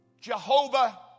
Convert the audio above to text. Jehovah